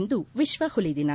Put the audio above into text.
ಇಂದು ವಿಶ್ವ ಪುಲಿ ದಿನ